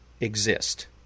exist